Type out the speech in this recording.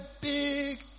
big